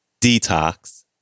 Detox